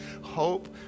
Hope